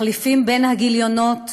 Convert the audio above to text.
מחליפים בין הגיליונות